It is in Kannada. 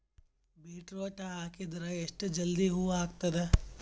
ಬೀಟರೊಟ ಹಾಕಿದರ ಎಷ್ಟ ಜಲ್ದಿ ಹೂವ ಆಗತದ?